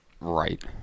Right